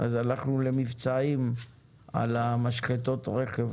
אז הלכנו למבצעים על המשחטות רכב,